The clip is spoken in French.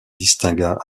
distingua